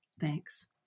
Thanks